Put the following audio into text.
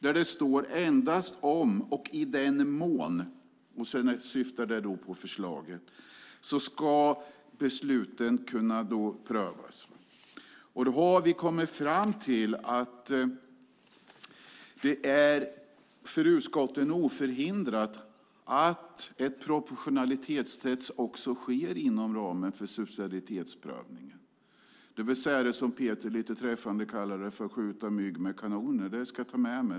Där står: Om och endast i den mån - och det syftar på förslaget - ska besluten kunna prövas. Vi har kommit fram till att det är för utskotten oförhindrat att ett proportionalitetstest också sker inom ramen för subsidiaritetsprövningen. Det är vad Peter Eriksson lite träffande kallade för att skjuta mygg med kanoner. Det ska jag ta med mig.